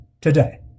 today